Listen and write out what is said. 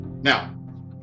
Now